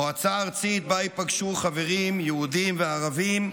מועצה ארצית שבה ייפגשו חברים יהודים וערבים,